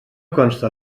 consta